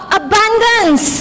abundance